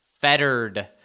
fettered